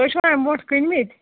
تۄہہِ چھُوا اَمہِ برٛونٛٹھ کٕنۍمٕتۍ